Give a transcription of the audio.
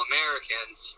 Americans